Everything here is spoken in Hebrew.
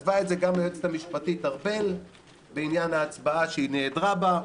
כתבה את זה גם היועצת המשפטית ארבל בעניין ההצבעה שהיא נעדרה בה,